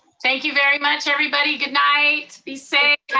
thank you very much everybody, goodnight. be safe,